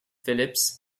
phillips